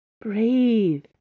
Breathe